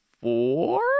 four